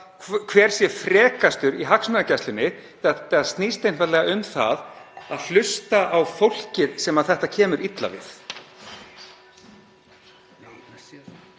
hver er frekastur í hagsmunagæslunni. Þetta snýst einfaldlega um það að hlusta á fólkið sem þetta kemur illa við.